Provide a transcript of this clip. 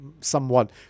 somewhat